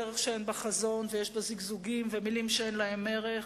דרך שאין בה חזון ויש בה זיגזוגים ומלים שאין להן ערך,